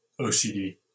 OCD